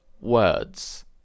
words